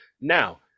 now